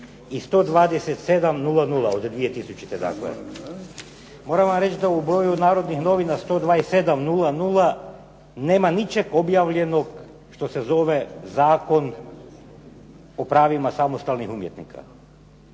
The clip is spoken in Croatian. i 127/00. od 2000. dakle. Moram vam reći da u broju "Narodih novina" 127/00. nema ničega objavljenog što se zove Zakon o pravima samostalnih umjetnika.